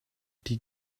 die